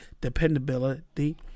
dependability